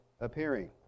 appearing